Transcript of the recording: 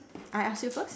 I ask you first